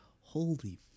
holy